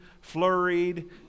flurried